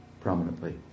prominently